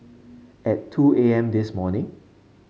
at two A M this morning